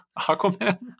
aquaman